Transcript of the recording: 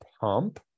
pump